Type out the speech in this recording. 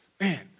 man